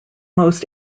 most